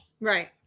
right